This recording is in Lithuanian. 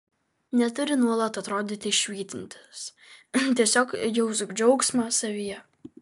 neturi nuolat atrodyti švytintis tiesiog jausk džiaugsmą savyje